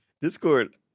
Discord